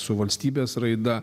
su valstybės raida